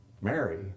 Mary